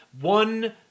one